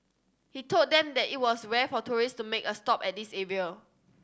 he told them that it was rare for tourist to make a stop at this area